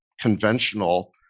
conventional